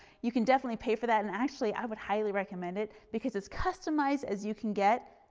you can definitely pay for that and actually i would highly recommend it because it's customized as you can get,